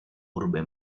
urbe